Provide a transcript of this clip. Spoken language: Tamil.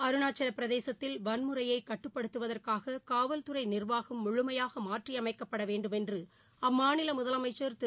அருணாச்சலப்பிரதேசத்தில் வன்முறையைகட்டுப்படுத்துவதற்காககாவல்துறைநிா்வாகம் முழுமையாகமாற்றியமைக்கப்படவேண்டும் என்றுஅம்மாநிலமுதலமைச்சர் திரு